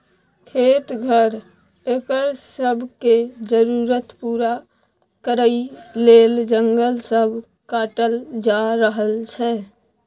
खेत, घर, एकर सब के जरूरत पूरा करइ लेल जंगल सब काटल जा रहल छै